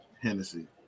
Hennessy